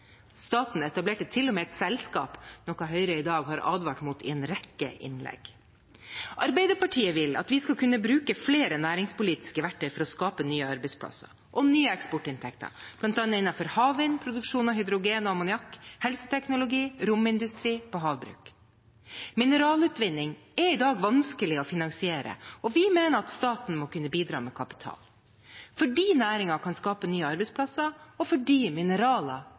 Staten etablerte til og med et selskap, noe Høyre i dag har advart mot i en rekke innlegg. Arbeiderpartiet vil at vi skal kunne bruke flere næringspolitiske verktøy for å skape nye arbeidsplasser og nye eksportinntekter, bl.a. innenfor havvind, produksjon av hydrogen og ammoniakk, helseteknologi, romindustri og havbruk. Mineralutvinning er i dag vanskelig å finansiere, og vi mener at staten må kunne bidra med kapital, fordi næringen kan skape nye arbeidsplasser, og fordi mineraler